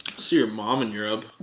see your mom in europe